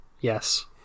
yes